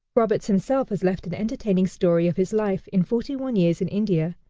roberts himself has left an entertaining story of his life in forty-one years in india,